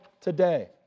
today